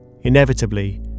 Inevitably